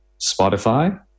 Spotify